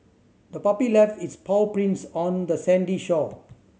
the puppy left its paw prints on the sandy shore